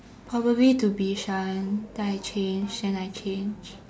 probably to Bishan then I change then I change